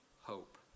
hope